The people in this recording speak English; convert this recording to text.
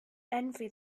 envy